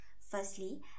Firstly